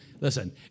Listen